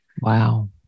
Wow